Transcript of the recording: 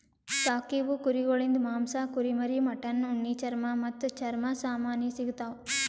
ಸಾಕೀವು ಕುರಿಗೊಳಿಂದ್ ಮಾಂಸ, ಕುರಿಮರಿ, ಮಟನ್, ಉಣ್ಣಿ, ಚರ್ಮ ಮತ್ತ್ ಚರ್ಮ ಸಾಮಾನಿ ಸಿಗತಾವ್